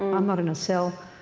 i'm not in a cell,